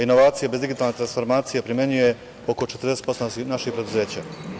Inovaciju bez digitalne transformacije primenjuje oko 40% naših preduzeća.